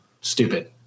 stupid